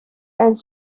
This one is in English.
and